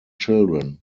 children